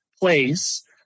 place